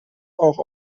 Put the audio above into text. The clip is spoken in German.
auch